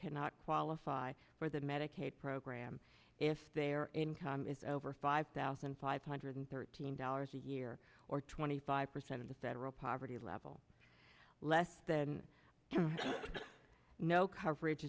cannot qualify for the medicaid program if their income is over five thousand five hundred thirteen dollars a year or twenty five percent of the federal poverty level less than no coverage